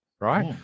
right